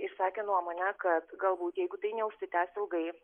išsakė nuomonę kad galbūt jeigu tai neužsitęs ilgai